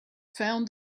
found